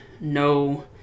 no